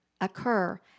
occur